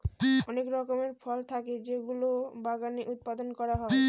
অনেক রকমের ফল থাকে যেগুলো বাগানে উৎপাদন করা হয়